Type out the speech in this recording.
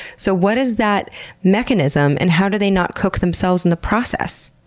so what is that mechanism and how do they not cook themselves in the process?